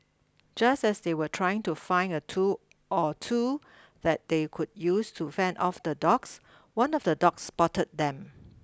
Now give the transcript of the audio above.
just as they were trying to find a tool or two that they could use to fend off the dogs one of the dogs spotted them